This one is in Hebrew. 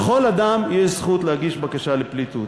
לכל אדם יש זכות להגיש בקשה לפליטות.